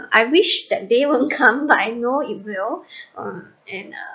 I wish that day wouldn't come but I know it will and uh